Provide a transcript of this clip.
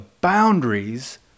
boundaries